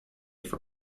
for